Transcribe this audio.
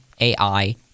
AI